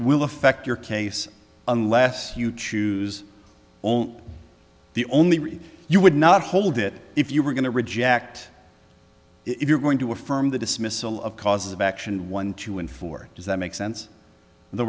will affect your case unless you choose the only reason you would not hold it if you were going to reject it if you're going to affirm the dismissal of causes of action one two and four does that make sense the